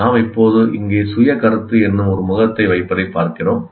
நாம் இப்போது இங்கே சுய கருத்து என்னும் ஒரு முகத்தை வைப்பதைப் பார்க்கிறோம்